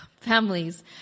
families